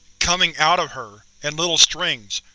coming out of her. in little strings.